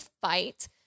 fight